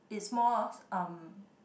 it's mores(um)